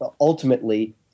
ultimately